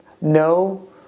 no